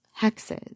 hexes